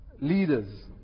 leaders